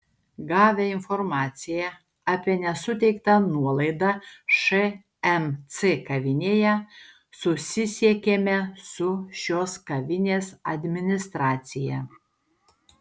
gavę informaciją apie nesuteiktą nuolaidą šmc kavinėje susisiekėme su šios kavinės administracija